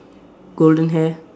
golden hair